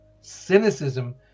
Cynicism